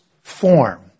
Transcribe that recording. form